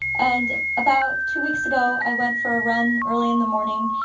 and about two weeks ago, i went for a run early in the morning.